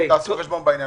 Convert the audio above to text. תעשו חשבון בעניין הזה.